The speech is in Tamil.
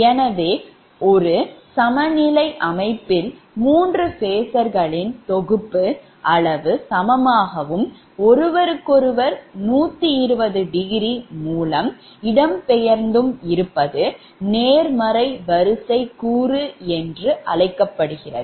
எனவே ஒரு சமநிலை அமைப்பில் மூன்று phasor ளின் தொகுப்பு அளவு சமமாகவும் ஒருவருக்கொருவர் 120 டிகிரி மூலம் இடம்பெயர்ந்து இருப்பது நேர்மறை வரிசை கூறு என்று அழைக்கப்படுகிறது